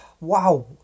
Wow